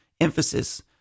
emphasis